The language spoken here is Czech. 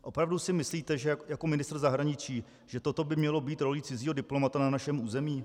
Opravdu si myslíte jako ministr zahraničí, že toto by mělo být rolí cizího diplomata na našem území?